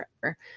forever